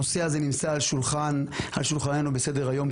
הנושא הזה נמצא על שולחננו בסדר היום,